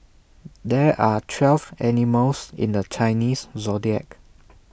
there are twelve animals in the Chinese Zodiac